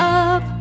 up